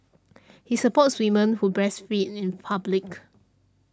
he supports women who breastfeed in public